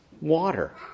water